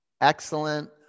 excellent